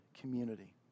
community